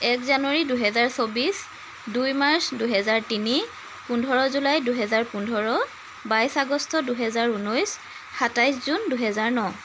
এক জানুৱাৰী দুহেজাৰ চৌবিছ দুই মাৰ্চ দুহেজাৰ তিনি পোন্ধৰ জুলাই দুহেজাৰ পোন্ধৰ বাইছ আগষ্ট দুহেজাৰ ঊনৈছ সাতাইছ জুন দুহেজাৰ ন